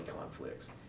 conflicts